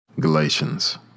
Galatians